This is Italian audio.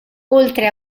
oltre